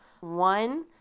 One